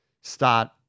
start